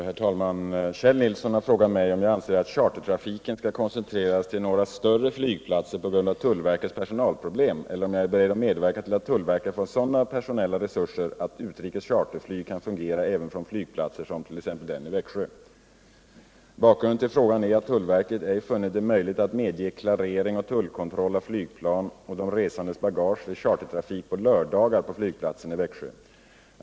Herr talman! Kjell Nilsson har frågat mig om jag anser att chartertrafiken skall koncentreras till några större flygplatser på grund av tullverkets personalproblem eller om jag är beredd att medverka till att tullverket får sådana personella resurser att utrikes charterflyg kan fungera även från flygplatser som t.ex. den i Växjö. Bakgrunden till frågan är att tullverket ej funnit det möjligt att medge klarering och tullkontroll av flygplan och de resandes bagage vid chartertrafik på lördagar på flygplatsen i Växjö.